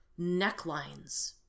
necklines